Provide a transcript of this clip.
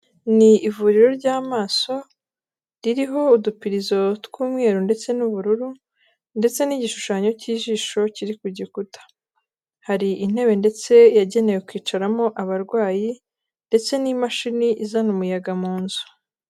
Ni ivuriro ry'amaso ririho udupirizo tw'umweru ndetse n'ubururu, ndetse n'igishushanyo cy'ijisho kiri ku gikuta, hari intebe ndetse yagenewe kwicaramo abarwayi, ndetse n'imashini izana umuyaga mu nzu.